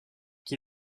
qui